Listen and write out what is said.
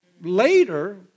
later